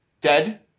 dead